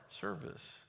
service